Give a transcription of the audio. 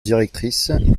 directrice